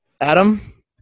Adam